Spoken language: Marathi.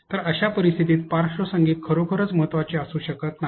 तर अशा परिस्थितीत पार्श्वसंगीत खरोखरच महत्वाचे असू शकत नाही